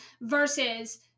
versus